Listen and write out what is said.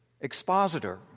expositor